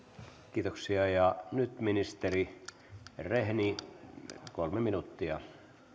kiitoksia ja nyt ministeri rehni kolme minuuttia